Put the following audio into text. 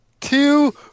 two